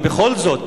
אבל בכל זאת,